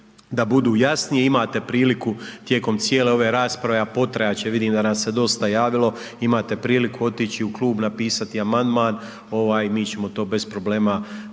da budu jasnije imate priliku tijekom cijele ove rasprave, a potrajat će vidim da nas se dosta javilo, imate priliku otići u klub napisati amandman ovaj mi ćemo to bez problema